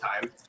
time